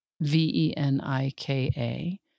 V-E-N-I-K-A